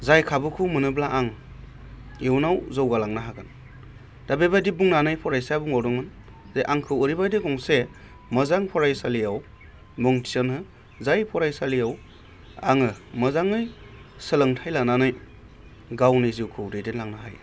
जाय खाबुखौ मोनोब्ला आं इउनाव जौगालांनो हागोन दा बेबादि बुंनानै फरायसाया बुंबावदोंमोन जे आंखौ ओरैबादि गंसे मोजां फरायसालियाव मुं थिसनहो जाय फरायसालियाव आङो मोजाङै सोलोंथाय लानानै गावनि जिउखौ दैदेनलांनो हायो